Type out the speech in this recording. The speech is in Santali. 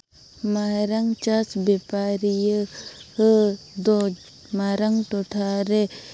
ᱢᱟᱨᱟᱝ ᱪᱟᱥ ᱵᱮᱯᱟᱨᱤᱭᱟᱹ ᱫᱚ ᱢᱟᱨᱟᱝ ᱴᱚᱴᱷᱟ ᱨᱮ